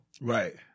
right